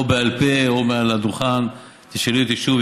או בעל פה או מעל הדוכן תשאלי אותי שוב,